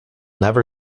never